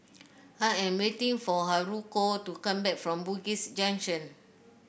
I am waiting for Haruko to come back from Bugis Junction